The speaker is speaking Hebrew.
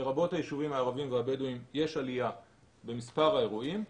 לרבות היישובים הערביים והבדואיים יש עלייה במספר האירועים.